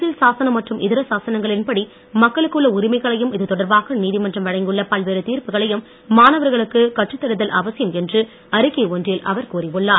அரசியல் சாசனம் மற்றும் இதர சாசனங்களின்படி மக்களுக்குள்ள உரிமைகளையும் இதுதொடர்பாக நீதிமன்றம் வழங்கியுள்ள பல்வேறு தீர்ப்புகளையும் மாணவர்களுக்கு கற்றுத் தருதல் அவசியம் என்று அறிக்கை ஒன்றில் அவர் கூறி உள்ளார்